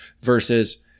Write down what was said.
versus